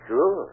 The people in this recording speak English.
Sure